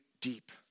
deep